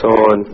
on